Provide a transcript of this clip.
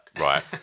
Right